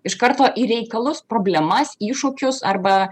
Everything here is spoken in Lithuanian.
iš karto į reikalus problemas iššūkius arba